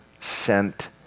sent